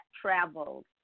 traveled